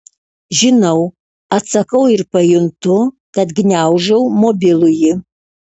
žinau atsakau ir pajuntu kad gniaužau mobilųjį